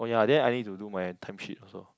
oh ya then I need to do my time sheet also